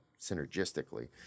synergistically